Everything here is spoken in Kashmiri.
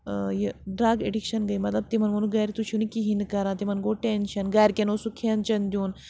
یہِ ڈرٛگ ایڈِکشَن گٔے مطلب تِمَن ووٚنُکھ گَرِ تہِ چھُنہٕ کِہیٖنۍ نہٕ کَران تِمَن گوٚو ٹٮ۪نشَن گَرِکٮ۪ن اوس سُہ کھٮ۪ن چٮ۪ن دیُن